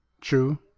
True